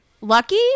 lucky